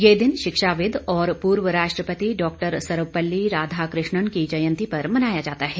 यह दिन शिक्षाविद और पूर्व राष्ट्रपति डॉक्टर सर्वपल्ली राधाकृष्णन की जयंती पर मनाया जाता है